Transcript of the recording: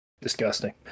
Disgusting